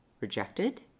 rejected